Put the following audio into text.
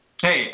Hey